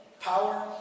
power